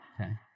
Okay